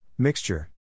Mixture